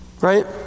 Right